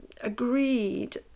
agreed